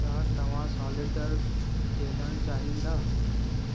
छा तव्हां सॉलिटेयर खेॾणु चाहींदा